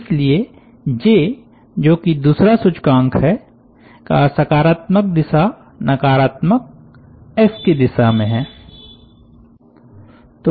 इसलिए जे जो की दूसरा सूचकांक है का सकारात्मक दिशा नकारात्मक एक्स की दिशा में है